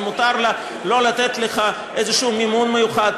ומותר לה לא לתת לך איזשהו מימון מיוחד.